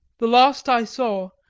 the last i saw,